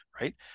right